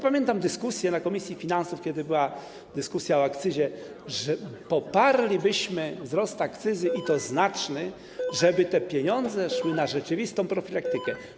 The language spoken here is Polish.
Pamiętam słowa na posiedzeniu komisji finansów, kiedy była dyskusja o akcyzie: poparlibyśmy wzrost akcyzy, i to znaczny, gdyby te pieniądze szły na rzeczywistą profilaktykę.